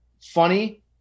funny